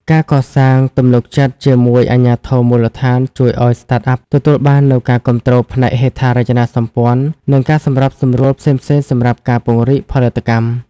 ការកសាងទំនុកចិត្តជាមួយអាជ្ញាធរមូលដ្ឋាន ជួយឱ្យ Startup ទទួលបាននូវការគាំទ្រផ្នែកហេដ្ឋារចនាសម្ព័ន្ធ និងការសម្របសម្រួលផ្សេងៗសម្រាប់ការពង្រីកផលិតកម្ម។